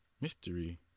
mystery